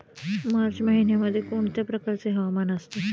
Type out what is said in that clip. मार्च महिन्यामध्ये कोणत्या प्रकारचे हवामान असते?